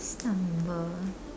stumble